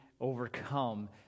overcome